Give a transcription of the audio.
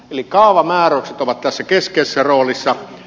eli kaavamääräykset ovat tässä keskeisessä roolissa